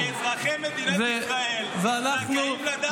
כי אזרחי מדינת ישראל זכאים לדעת מה קורה פה.